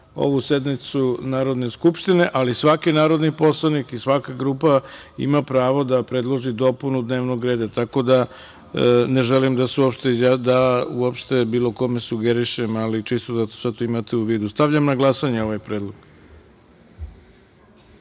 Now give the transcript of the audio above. ovu sednicu Narodne skupštine, ali svaki narodni poslanik i svaka grupa ima pravo da predloži dopunu dnevnog reda. Tako da, ne želim da uopšte bilo kome sugerišem, ali čisto da imate to u vidu. Stavljam na glasanje ovaj